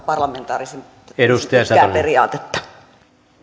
parlamentaarisen menettelyn periaatetta arvoisa puhemies